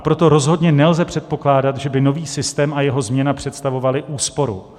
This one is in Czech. Proto rozhodně nelze předpokládat, že by nový systém a jeho změna představovaly úsporu.